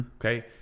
Okay